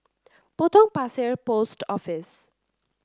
Potong Pasir Post Office